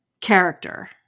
character